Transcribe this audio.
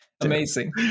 amazing